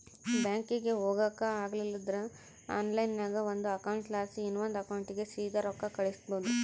ಬ್ಯಾಂಕಿಗೆ ಹೊಗಾಕ ಆಗಲಿಲ್ದ್ರ ಆನ್ಲೈನ್ನಾಗ ಒಂದು ಅಕೌಂಟ್ಲಾಸಿ ಇನವಂದ್ ಅಕೌಂಟಿಗೆ ಸೀದಾ ರೊಕ್ಕ ಕಳಿಸ್ಬೋದು